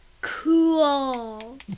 Cool